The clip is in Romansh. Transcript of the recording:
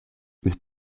ils